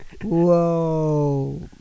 whoa